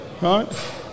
right